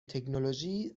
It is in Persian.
تکنولوژی